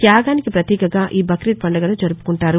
త్యాగానికి ప్రతీకగా ఈ బక్రీద్ పండుగను జరుపుకుంటారు